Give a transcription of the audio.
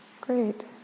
Great